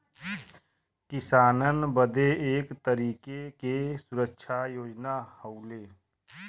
किसानन बदे एक तरीके के सुरक्षा योजना हउवे